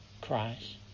Christ